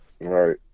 right